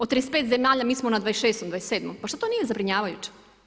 Od 35 zemalja, mi smo na 26., 27., pa šta to nije zabrinjavajuće?